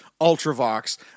Ultravox